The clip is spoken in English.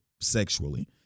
sexually